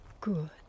good